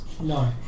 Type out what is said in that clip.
No